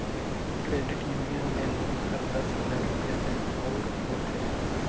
credit union में loan हर दस हजार रूपिया ले ओर होथे